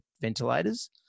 ventilators